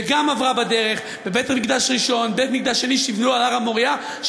וגם עברה בדרך בבית-המקדש הראשון ובבית-המקדש השני שנבנו על הר-המוריה.